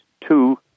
two